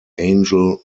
angel